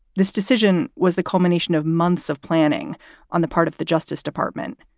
this decision was the culmination of months of planning on the part of the justice department,